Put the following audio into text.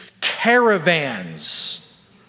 Caravans